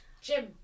Jim